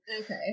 Okay